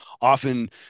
often